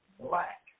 Black